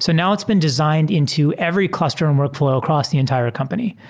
so now it's been designed into every cluster and workflow across the entire company.